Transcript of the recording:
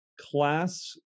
class